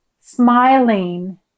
Smiling